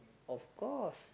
of course